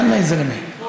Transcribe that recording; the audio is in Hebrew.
יאללה, יא זלמה.